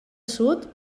sud